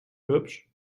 hübsch